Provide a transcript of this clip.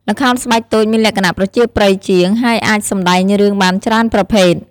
ល្ខោនស្បែកតូចមានលក្ខណៈប្រជាប្រិយជាង ហើយអាចសម្តែងរឿងបានច្រើនប្រភេទ ។